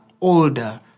older